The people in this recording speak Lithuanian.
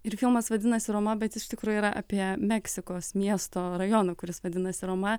ir filmas vadinasi roma bet iš tikrųjų yra apie meksikos miesto rajoną kuris vadinasi roma